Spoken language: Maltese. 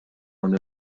dawn